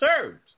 served